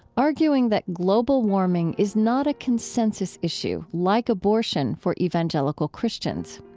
arguing that global warming is not a consensus issue, like abortion, for evangelical christians.